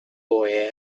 boy